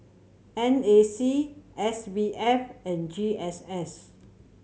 N A C S B F and G S S